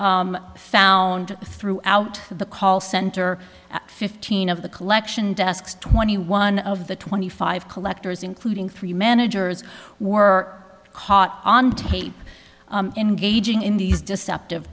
found throughout the call center fifteen of the collection desks twenty one of the twenty five collectors including three managers were caught on tape engaging in these deceptive